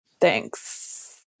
Thanks